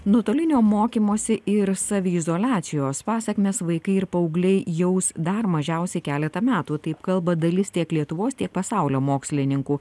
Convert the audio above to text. nuotolinio mokymosi ir saviizoliacijos pasekmės vaikai ir paaugliai jaus dar mažiausiai keletą metų taip kalba dalis tiek lietuvos tiek pasaulio mokslininkų